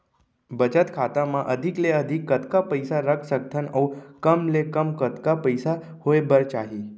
बचत खाता मा अधिक ले अधिक कतका पइसा रख सकथन अऊ कम ले कम कतका पइसा होय बर चाही?